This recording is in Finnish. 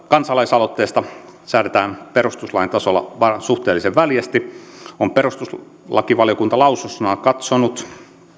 kansalaisaloitteesta säädetään perustuslain tasolla suhteellisen väljästi on perustuslakivaliokunta lausunnossaan katsonut